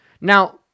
Now